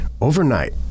overnight